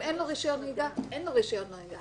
אם אין לו רישיון נהיגה, אין לו רישיון נהיגה.